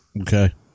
Okay